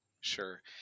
Sure